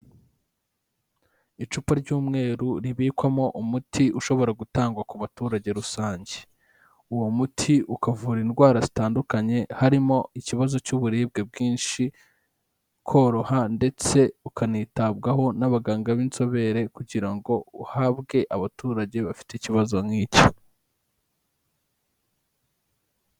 Icupa ry'umweru ribikwamo umuti ushobora gutangwa ku baturage rusange. Uwo muti ukavura indwara zitandukanye harimo ikibazo cy'uburibwe bwinshi, koroha ndetse ukanitabwaho n'abaganga b'inzobere kugira ngo uhabwe abaturage bafite ikibazo nk'icyo.